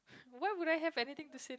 why would I have anything to say